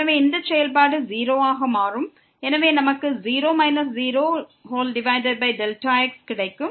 எனவே இந்த செயல்பாடு 0 ஆக மாறும் எனவே நமக்கு 0 0x கிடைக்கும்